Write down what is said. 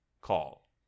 Call